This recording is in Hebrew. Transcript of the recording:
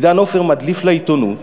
עידן עופר מדליף לעיתונות